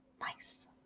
nice